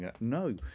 No